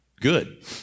good